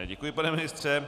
Děkuji, pane ministře.